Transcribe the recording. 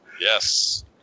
Yes